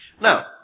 Now